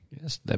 Yes